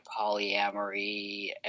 polyamory